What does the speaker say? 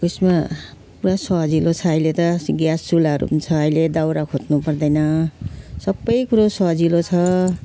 ऊ यसमा पुरा सजिलो छ अहिले त ग्यास चुलाहरू छ अहिले त दाउरा खोज्नु पर्दैन सबै कुरो सजिलो छ